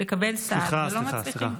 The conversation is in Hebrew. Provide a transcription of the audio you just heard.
לקבל סעד ולא מצליחים?